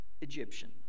Egyptian